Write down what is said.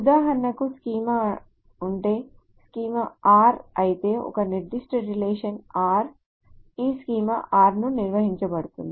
ఉదాహరణకు స్కీమా ఉంటే schema R అయితే ఒక నిర్దిష్ట రిలేషన్ r ఈ స్కీమా R నుండి సూచించబడుతుంది